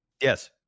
Yes